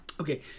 okay